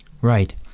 Right